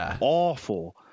awful